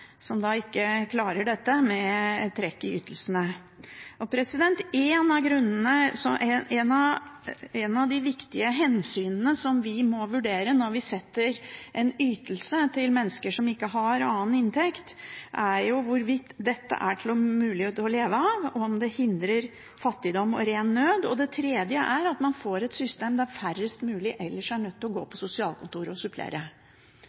som ikke klarer dette, med trekk i ytelsene. Et av de viktige hensynene vi må vurdere når vi fastsetter en ytelse til mennesker som ikke har annen inntekt, er hvorvidt dette er mulig å leve av, og om det hindrer fattigdom og ren nød. Man må ha et system der færrest mulig er nødt til å gå på sosialkontoret og supplere.